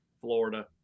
Florida